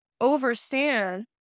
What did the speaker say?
overstand